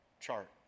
chart